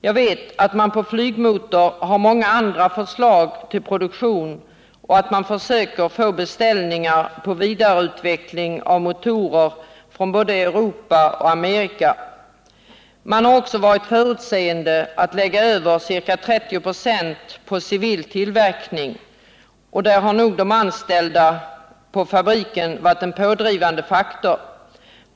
Jag vet att man på Volvo Flygmotor har många andra förslag till produktion och att man försöker få beställningar på vidareutveckling av motorer från både Europa och Amerika. Man har också varit förutseende nog att lägga över ca 30 26 av den totala tillverkningen på civil tillverkning. På den punkten har nog de anställda på fabriken varit en pådrivande faktor.